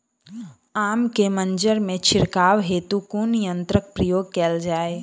आम केँ मंजर मे छिड़काव हेतु कुन यंत्रक प्रयोग कैल जाय?